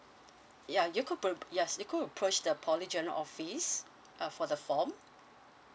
ya you could burb~ yes you could approach the poly general office uh for the form